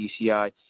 DCI